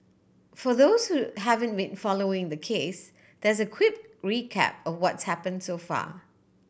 for those who haven't been following the case there's a quick recap or what's happen so far